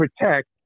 protect